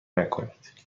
نکنید